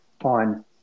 on